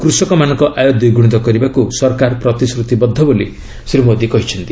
କୃଷକମାନଙ୍କ ଆୟ ଦ୍ୱିଗୁଣିତ କରିବାକୁ ସରକାର ପ୍ରତିଶ୍ରତିବଦ୍ଧ ବୋଲି ଶ୍ରୀ ମୋଦୀ କହିଚ୍ଛନ୍ତି